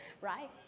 Right